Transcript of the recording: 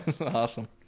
awesome